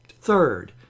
Third